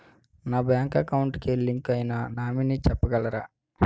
నా bank account కి link అయినా నామినీ చెప్పగలరా?